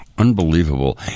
Unbelievable